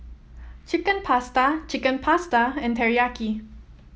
Chicken Pasta Chicken Pasta and Teriyaki